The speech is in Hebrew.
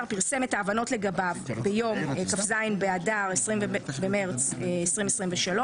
פרסם את ההבנות לגביו ביום כ"ז באדר התשפ"ג (20 במרץ 2023),